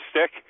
stick